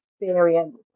experience